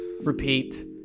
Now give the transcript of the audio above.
Repeat